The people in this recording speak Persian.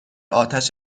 آتش